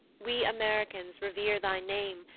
we americans revere thy name,